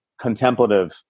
contemplative